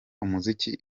umuziki